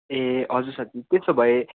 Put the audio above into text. ए हजुर साथी त्यसो भए